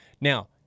Now